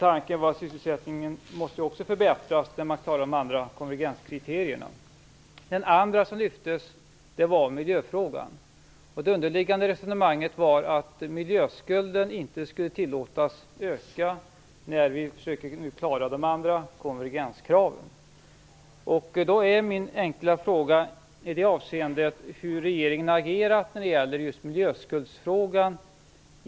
Tanken var att sysselsättningen också måste förbättras när man klarar de andra konvergenskriterierna. Den andra frågan som lyftes fram var miljöfrågan. Det underliggande resonemanget gick ut på att miljöskulden inte skulle tillåtas öka nu när vi försöker klara av de övriga konvergenskraven. Min enkla fråga i det avseendet gäller hur regeringen har agerat i EU i fråga om miljöskulden.